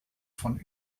von